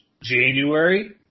January